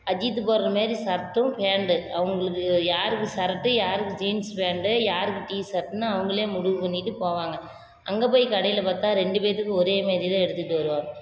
அஜித் போடுற மாரி சர்ட்டும் பேண்ட் அவங்களுக்கு யாருக்கு சர்ட் யாருக்கு ஜீன்ஸ் பேண்ட் யாருக்கு டி சர்ட்டுன்னு அவங்களே முடிவு பண்ணிகிட்டு போவாங்க அங்கே போய் கடையில் பார்த்தா ரெண்டு பேர்த்துக்கும் ஒரே மாரி தான் எடுத்துகிட்டு வருவா